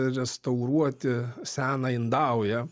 restauruoti seną indaują